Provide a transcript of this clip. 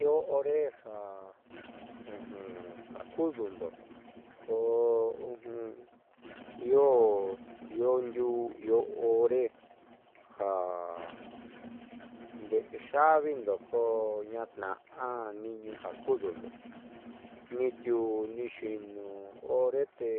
Io hore ja ja ku'udundo koo io io ndiuu io hore ja ndeé yaávindo koo ñaatna'a niiñu ja kudundo niitiuu nixi'inu hore te